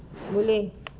boleh